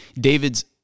David's